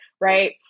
right